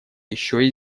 еще